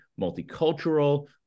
multicultural